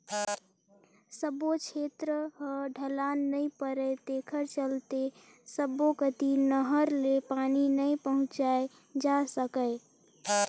सब्बो छेत्र ह ढलान नइ परय तेखर चलते सब्बो कति नहर ले पानी नइ पहुंचाए जा सकय